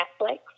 Netflix